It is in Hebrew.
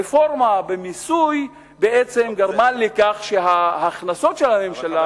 הרפורמה במיסוי בעצם גרמה לכך שההכנסות של הממשלה,